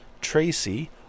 Tracy